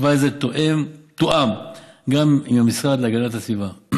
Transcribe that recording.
תוואי זה תואם גם עם המשרד להגנת הסביבה.